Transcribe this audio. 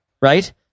right